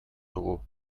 dugu